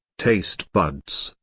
taste buds,